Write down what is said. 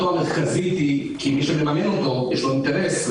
המרכזית כי מי שמממן אותו יש לו אינטרס,